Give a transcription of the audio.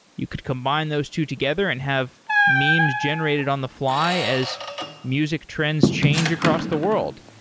you could combine those two together and have memes generated on-the-fly as music trends change across the world.